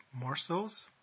Morsels